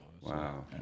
Wow